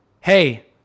hey